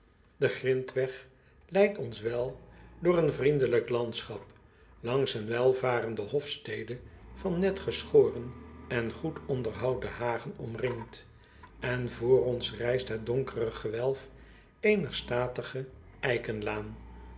de grintweg leidt ons wel door een vriendelijk landschap langs een welvarende hofstede van net geschoren en goed onderhouden hagen omringd en vr ons rijst het donkere gewelf eener statige